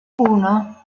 uno